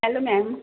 hello ma'am